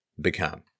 become